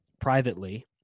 privately